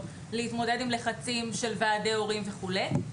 להתמודד עם לחצים של ועדי הורים וכולי.